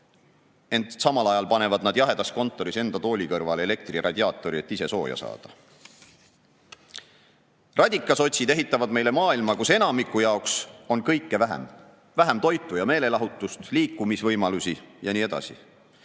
Samal ajal panevad nad jahedas kontoris enda tooli kõrvale elektriradiaatori, et ise sooja saada. Radikasotsid ehitavad meile maailma, kus enamiku jaoks on kõike vähem – vähem toitu ja meelelahutust, liikumisvõimalusi ja nii edasi